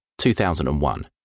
2001